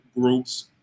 groups